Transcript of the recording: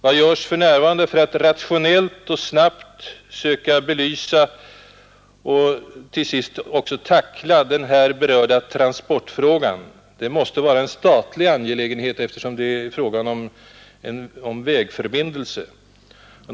Vad görs för närvarande för att rationellt och snabbt söka belysa och till sist också tackla den här berörda transportfrågan? Det måste vara en statlig angelägenhet, eftersom det är fråga om en vägförbindelse.